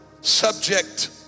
subject